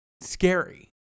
scary